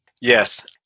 Yes